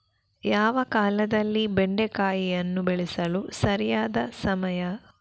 ಯಾವ ಕಾಲದಲ್ಲಿ ಬೆಂಡೆಕಾಯಿಯನ್ನು ಬೆಳೆಸಲು ಸರಿಯಾದ ಸಮಯ?